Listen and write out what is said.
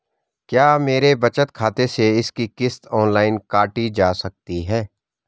क्या मेरे बचत खाते से इसकी किश्त ऑनलाइन काटी जा सकती है?